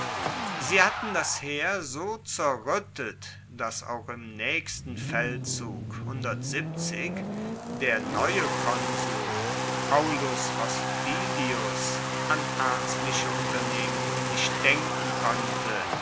sie hatten das heer so zerruettet dass auch im naechsten feldzug der neue konsul aulus hostilius an ernstliche unternehmungen nicht denken konnte